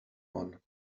one